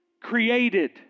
created